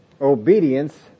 Obedience